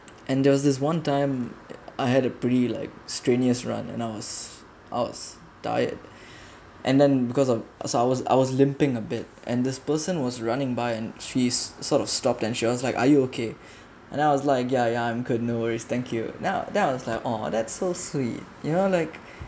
and there was this one time I had a pretty like strenuous run and I was out tired and then because of as I was I was limping a bit and this person was running by and she's sort of stopped and she was like are you okay and then I was like ya ya I'm good no worries thank you now then I was like oh that's so sweet you know like